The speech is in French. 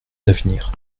d’avenir